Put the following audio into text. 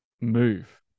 move